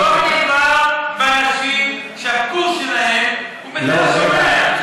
פה מדובר באנשים שהקורס שלהם הוא בתל השומר.